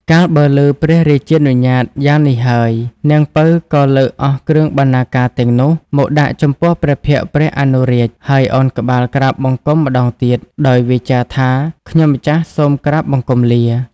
កាលបើឮព្រះរាជានុញ្ញាតយ៉ាងនេះហើយ នាង ពៅ ក៏លើកអស់គ្រឿងបណ្ណាការទាំងនោះ មកដាក់ចំពោះព្រះភក្ត្រព្រះអនុរាជ ហើយឱនក្បាលក្រាបបង្គំម្ដងទៀត ដោយវាចាថា ខ្ញុំម្ចាស់សូមក្រាបបង្គំលា ។